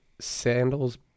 sandals